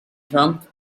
trump